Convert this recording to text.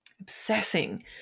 obsessing